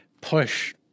push